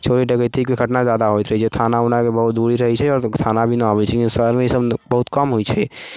चोरी डकैतीके घटना ज्यादा होइत रहै छै थाना उनाके बहुत दूरी रहै छै आओर थाना भी नहि अबै छै शहरमे ईसब बहुत कम होइ छै